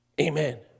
Amen